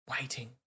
waiting